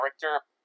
character